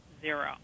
zero